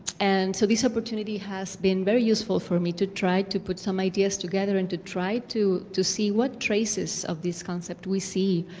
and so this opportunity has been very useful for me to try to put some ideas together and to try to to see what traces of this concept we see